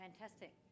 fantastic